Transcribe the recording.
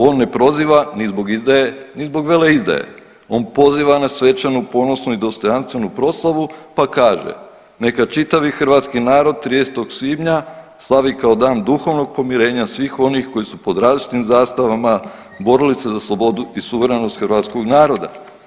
On ne proziva ni zbog izdaje ni zbog veleizdaje, on poziva na svečanu ponosnu i dostojanstvenu proslavu pa kaže neka čitavi hrvatski narod 30. svibnja slavi kao dan duhovnog pomirenja svih onih koji su pod različitim zastavama borili se za slobodu i suverenost hrvatskog naroda.